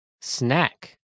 snack